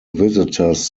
visitors